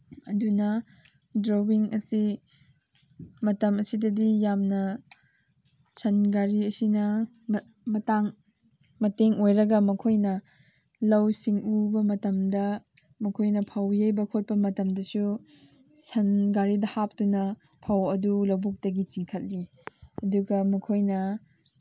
ꯑꯗꯨꯅ ꯗ꯭ꯔꯣꯋꯤꯡ ꯑꯁꯤ ꯃꯇꯝ ꯑꯁꯤꯗꯗꯤ ꯌꯥꯝꯅ ꯁꯟ ꯒꯥꯔꯤ ꯑꯁꯤꯅ ꯃꯇꯥꯡ ꯃꯇꯦꯡ ꯑꯣꯏꯔꯒ ꯃꯈꯣꯏꯅ ꯂꯧꯁꯤꯡ ꯎꯕ ꯃꯇꯝꯗ ꯃꯈꯣꯏꯅ ꯐꯧ ꯌꯩꯕ ꯈꯣꯠꯄ ꯃꯇꯝꯗꯁꯨ ꯁꯟ ꯒꯥꯔꯤꯗ ꯍꯥꯞꯇꯨꯅ ꯐꯧ ꯑꯗꯨ ꯂꯧꯕꯨꯛꯇꯒꯤ ꯆꯤꯡꯈꯠꯂꯤ ꯑꯗꯨꯒ ꯃꯈꯣꯏꯅ